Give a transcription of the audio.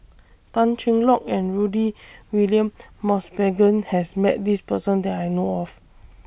Tan Cheng Lock and Rudy William Mosbergen has Met This Person that I know of